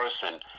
person